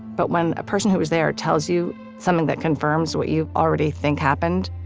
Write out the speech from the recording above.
but when a person who was there tells you something that confirms what you've already think happened,